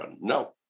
no